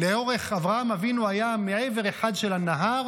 אברהם אבינו היה מעבר אחד של הנהר,